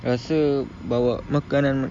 rasa bawa makanan